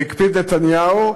והקפיד נתניהו,